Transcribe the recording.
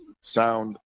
sound